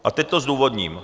A teď to zdůvodním.